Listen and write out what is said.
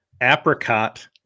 apricot